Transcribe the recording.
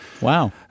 Wow